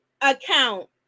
account